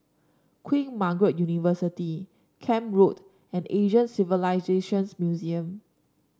Queen Margaret University Camp Road and Asian Civilisations Museum